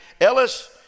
Ellis